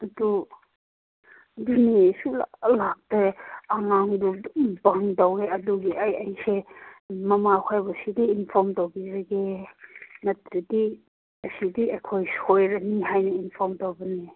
ꯑꯗꯨ ꯑꯗꯨꯅꯦ ꯁꯨꯡꯂꯥꯛ ꯂꯥꯛꯇꯦ ꯑꯉꯥꯡꯗꯣ ꯑꯗꯨꯝ ꯕꯪ ꯇꯧꯔꯦ ꯑꯗꯨꯒꯤ ꯑꯩ ꯑꯩꯁꯦ ꯃꯃꯥꯈꯣꯏꯕꯨ ꯁꯤꯗꯤ ꯏꯟꯐꯣꯝ ꯇꯧꯕꯤꯔꯒꯦ ꯅꯠꯇ꯭ꯔꯗꯤ ꯑꯁꯤꯗꯤ ꯑꯩꯈꯣꯏ ꯁꯣꯏꯔꯅꯤ ꯍꯥꯏꯅ ꯏꯟꯐꯣꯝ ꯇꯧꯕꯅꯤ